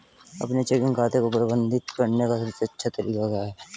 अपने चेकिंग खाते को प्रबंधित करने का सबसे अच्छा तरीका क्या है?